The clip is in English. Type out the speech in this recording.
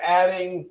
adding